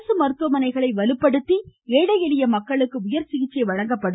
அரசு மருத்துவமனைகளை வலுப்படுத்தி ஏழை எளிய மக்களுக்கு உயர் சிகிச்சை வழங்கப்படும்